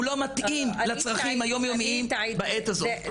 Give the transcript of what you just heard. הוא לא מתאים לצרכים היומיומיים בעת הזאת.